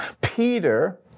Peter